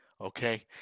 okay